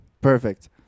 Perfect